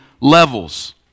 levels